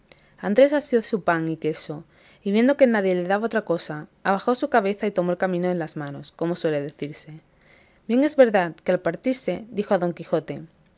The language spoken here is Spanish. andrés asió de su pan y queso y viendo que nadie le daba otra cosa abajó su cabeza y tomó el camino en las manos como suele decirse bien es verdad que al partirse dijo a don quijote